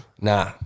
Nah